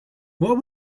what